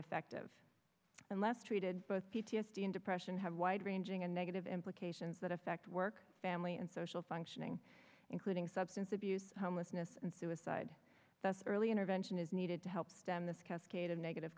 effective unless treated both p t s d and depression have wide ranging and negative implications that affect work family and social functioning including substance abuse homelessness and suicide that's early intervention is needed to help stem this cascade of negative